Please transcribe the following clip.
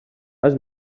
has